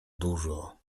dużo